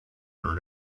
earn